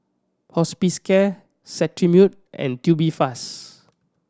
Hospicare Cetrimide and Tubifast